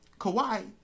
Kawhi